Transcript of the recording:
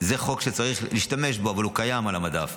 זה חוק שצריך להשתמש בו, אבל הוא קיים על המדף.